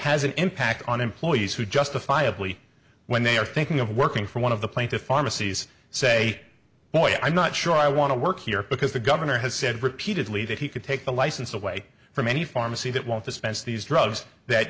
has an impact on employees who justifiably when they are thinking of working for one of the plaintiff pharmacies say boy i'm not sure i want to work here because the governor has said repeatedly that he could take the license away from any pharmacy that won't dispense these drugs that